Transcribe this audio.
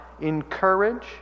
encourage